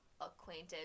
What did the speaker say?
acquainted